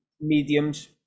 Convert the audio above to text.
mediums